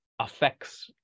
affects